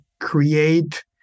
create